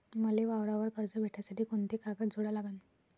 मले वावरावर कर्ज भेटासाठी कोंते कागद जोडा लागन?